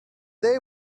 day